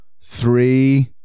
three